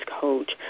coach